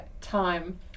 time